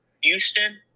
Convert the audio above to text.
Houston